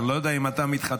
אני לא יודע אם אתה מתחתן,